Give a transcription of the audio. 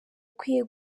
ukwiye